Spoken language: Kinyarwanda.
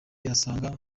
asanga